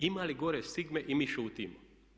Ima li gore stigme i mi šutimo.